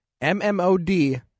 M-M-O-D